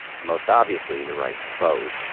most obviously the right to vote,